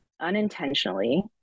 unintentionally